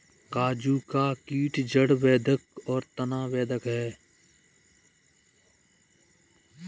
काजू का कीट जड़ बेधक और तना बेधक है